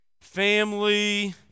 family